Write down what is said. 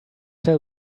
tell